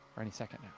or any second.